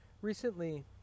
recently